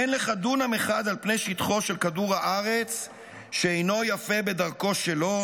אין לך דונם אחד על פני שטחו של כדור הארץ שאינו יפה בדרכו שלו,